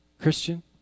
Christian